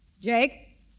Jake